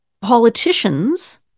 politicians